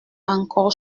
encore